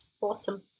Awesome